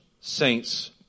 saints